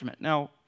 Now